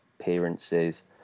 appearances